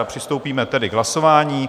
Přistoupíme tedy k hlasování.